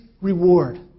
reward